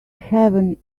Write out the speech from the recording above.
heaven